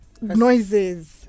noises